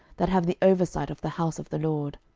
that have the oversight of the house of the lord.